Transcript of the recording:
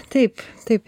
taip taip